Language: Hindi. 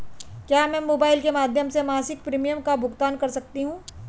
क्या मैं मोबाइल के माध्यम से मासिक प्रिमियम का भुगतान कर सकती हूँ?